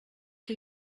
que